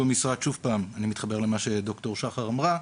אני מתחבר למה שד"ר שחר אמרה: